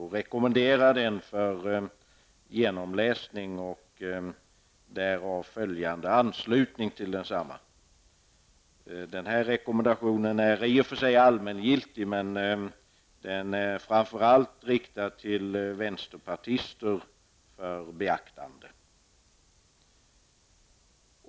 Jag rekommenderar den till genomläsning och därav följande anslutning till densamma. Denna rekommendation är i och för sig allmängiltig, men den är framför allt riktad till vänsterpartister för beaktande.